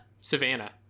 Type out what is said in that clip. Savannah